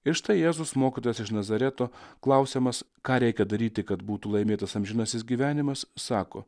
ir štai jėzus mokytojas iš nazareto klausiamas ką reikia daryti kad būtų laimėtas amžinasis gyvenimas sako